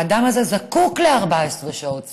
האדם הזה זקוק ל-14 שעות סיעוד.